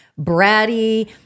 bratty